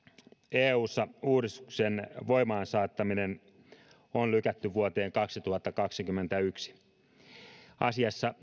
eussa uudistuksen voimaansaattaminen on lykätty vuoteen kaksituhattakaksikymmentäyksi asiassa